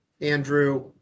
Andrew